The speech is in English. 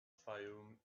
fayoum